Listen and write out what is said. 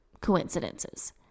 coincidences